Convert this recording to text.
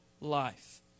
life